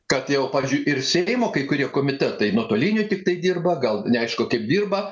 kad jau pavyzdžiui ir seimo kai kurie komitetai nuotoliniu tiktai dirba gal neaišku kaip dirba